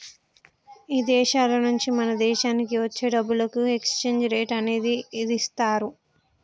ఇదేశాల నుంచి మన దేశానికి వచ్చే డబ్బులకు ఎక్స్చేంజ్ రేట్ అనేది ఇదిస్తారు